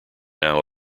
now